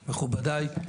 מכובדי,